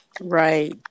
Right